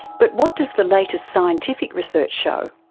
but what does the latest scientific research show?